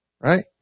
Right